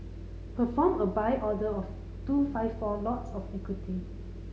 perform a Buy order of two five four lots of equity